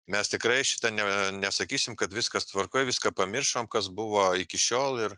mes tikrai šita ne nesakysim kad viskas tvarkoj viską pamiršom kas buvo iki šiol ir